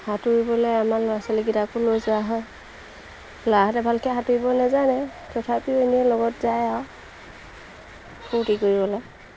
সাঁতুৰিবলৈ আমাৰ ল'ৰা ছোৱালীকেইটাকো লৈ যোৱা হয় ল'ৰাহঁতে ভালকৈ সাঁতুৰিব নেজানে তথাপিও এনেই লগত যায় আৰু ফূৰ্তি কৰিবলৈ